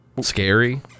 scary